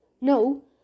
No